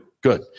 Good